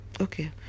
Okay